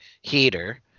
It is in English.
heater